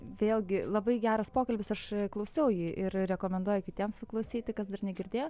vėlgi labai geras pokalbis aš klausiau jį ir rekomenduoju kitiems paklausyti kas dar negirdėjo